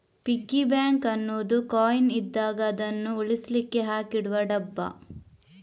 piggy bank ಅನ್ನುದು coin ಇದ್ದಾಗ ಅದನ್ನು ಉಳಿಸ್ಲಿಕ್ಕೆ ಹಾಕಿಡುವ ಡಬ್ಬ